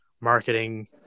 marketing